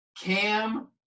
Cam